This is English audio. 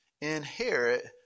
inherit